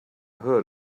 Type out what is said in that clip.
heard